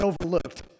overlooked